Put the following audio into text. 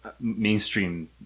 mainstream